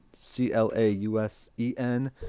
c-l-a-u-s-e-n